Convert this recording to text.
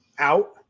out